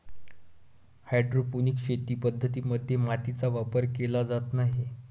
hydroponic शेती पद्धतीं मध्ये मातीचा वापर केला जात नाही